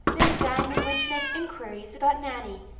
then diamond went to make inquiries about nanny,